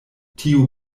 tiu